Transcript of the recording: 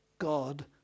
God